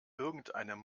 irgendeinem